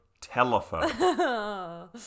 telephone